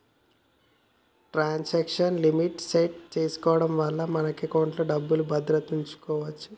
transaction limit set చేసుకోడం వల్ల మన ఎకౌంట్లో డబ్బుల్ని భద్రంగా వుంచుకోచ్చు